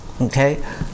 okay